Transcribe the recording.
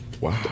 Wow